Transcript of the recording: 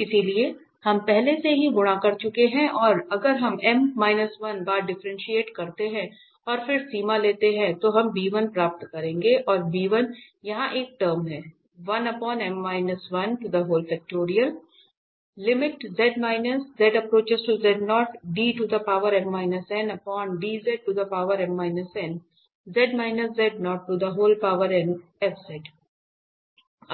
इसलिए हम पहले से ही गुणा कर चुके हैं और अगर हम m 1 बार डिफ्रेंटिएट करते हैं और फिर सीमा लेते हैं तो हम प्राप्त करेंगे और यहाँ एक टर्म हैं